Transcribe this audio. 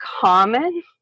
common